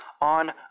on